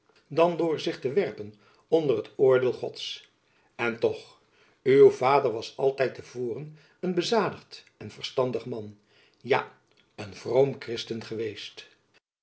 dan door zich te werpen onder het oordeel gods en toch uw vader was altijd te voren een bezadigd en verstandig man ja een vroom kristen geweest